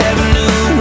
Avenue